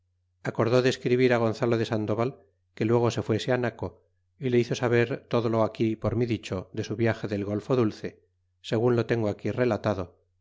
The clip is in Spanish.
acordó de escribir á gonzalo de sandoval que luego se fuese naco y le hizo saber todo lo aquí por mí dicho de su viage del golfo dulce segun lo tengo aquí relatado